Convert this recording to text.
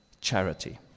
charity